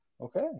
Okay